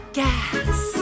gas